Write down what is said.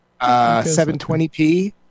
720p